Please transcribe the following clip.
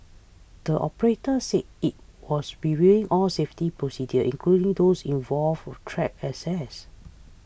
the operator said it was be reviewing all safety procedures including those involve track access